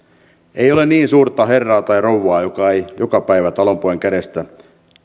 ei ole niin suurta herraa tai rouvaa joka ei joka päivä talonpojan kädestä